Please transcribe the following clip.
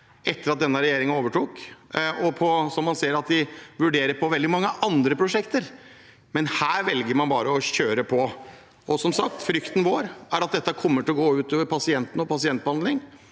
etter at denne regjeringen overtok, noe man ser at de vurderer på veldig mange andre prosjekter, men her velger man bare å kjøre på. Som sagt: Frykten vår er at dette kommer til å gå ut over pasientene og pasientbehandlingen.